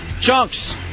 Chunks